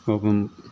problem